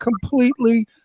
completely